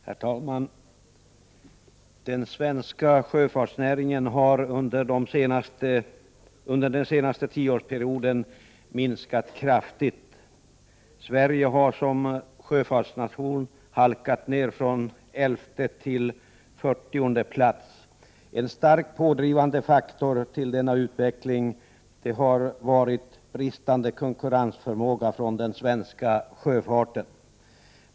Herr talman! Den svenska sjöfartsnäringen har under den senaste tioårsperioden minskat kraftigt. Sverige har som sjöfartsnation halkat ner från elfte till fyrtionde plats. En starkt pådrivande faktor i denna utveckling har varit bristande konkurrensförmåga från den svenska sjöfarten.